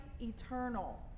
eternal